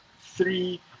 three